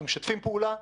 אנחנו משתפים פעולה,